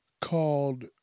called